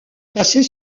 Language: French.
passer